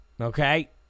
Okay